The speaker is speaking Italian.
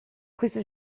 queste